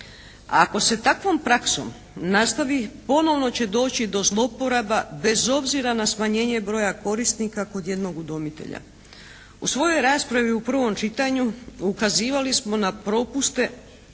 Ako se takvom praksom nastavi ponovno će doći do zlouporaba bez obzira na smanjenje broja korisnika kod jednog udomitelja. U svojoj raspravi u prvom čitanju ukazivali smo da propusta